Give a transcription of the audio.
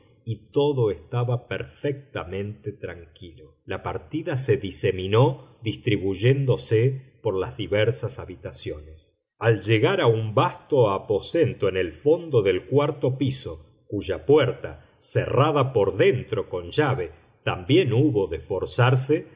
y todo estaba perfectamente tranquilo la partida se diseminó distribuyéndose por las diversas habitaciones al llegar a un vasto aposento en el fondo del cuarto piso cuya puerta cerrada por dentro con llave también hubo de forzarse